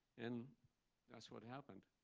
and that's what happened.